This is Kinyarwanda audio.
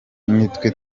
nitwe